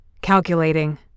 Calculating